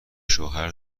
شوهر